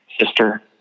sister